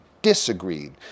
disagreed